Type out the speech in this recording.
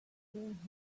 doing